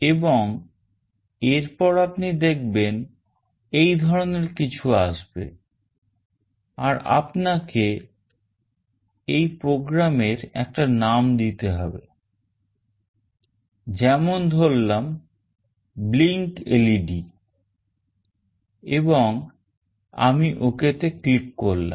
এবং এরপর আপনি দেখবেন এই ধরনের কিছু আসবে আর আপনাকে এই program এর একটা নাম দিতে হবে যেমন ধরলাম blinkLED এবং আমি Ok তে click করলাম